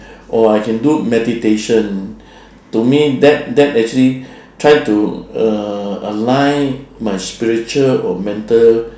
or I can do meditation to me that that actually try to uh align my spiritual or mental